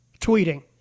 tweeting